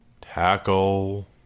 Tackle